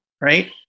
Right